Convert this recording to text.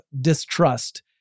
distrust